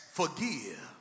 forgive